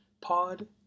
pod